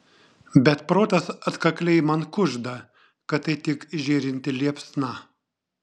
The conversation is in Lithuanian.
bet protas atkakliai man kužda kad tai tik žėrinti liepsna